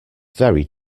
very